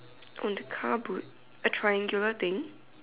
on the car boot a triangular thing